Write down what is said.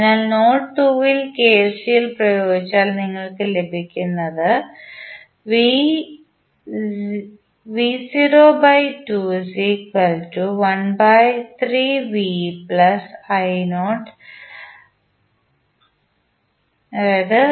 അതിനാൽ നോഡ് 2 ൽ കെസിഎൽ പ്രയോഗിച്ചാൽ നിങ്ങൾക്ക് ലഭിക്കുന്നത് എന്താണ്